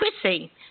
Chrissy